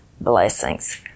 blessings